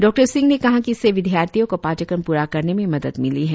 doctor Singh ने कहा कि इससे विदयार्थियों को पाठ्यक्रम प्रा करने में मदद मिली है